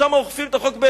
שם לא אוכפים את החוק,